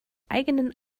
eigenen